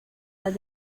las